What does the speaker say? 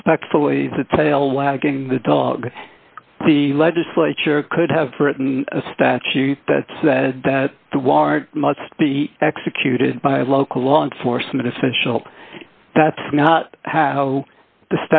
respectfully the tail wagging the dog the legislature could have written a statute that says that the warrant must be executed by a local law enforcement official that's not how the